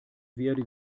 werde